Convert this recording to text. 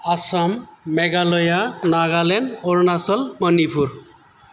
Assam Meghalaya Nagaland Arunachal Manipur